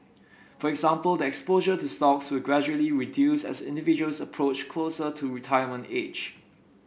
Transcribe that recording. for example the exposure to stocks will gradually reduce as individuals approach closer to retirement age